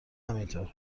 همینطور